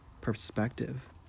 perspective